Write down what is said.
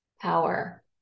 power